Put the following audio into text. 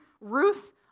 Ruth